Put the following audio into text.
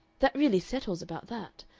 that really settles about that.